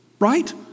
Right